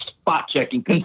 spot-checking